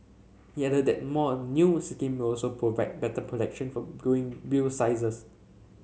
he added that more new scheme will also provide better protection from growing bill sizes